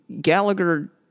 Gallagher